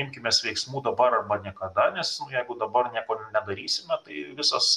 imkimės veiksmų dabar arba niekada nes jeigu dabar nieko nedarysime tai visas